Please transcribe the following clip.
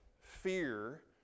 fear